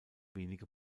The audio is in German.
wenige